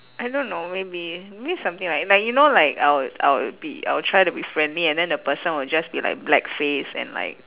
I don't know maybe means something like like you know like I'll I'll be I'll try to be friendly and then the person will just be like black face and like